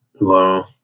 Wow